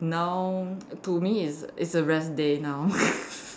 now to me it's it's a rest day now